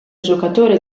giocatore